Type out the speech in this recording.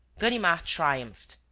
ganimard triumphed.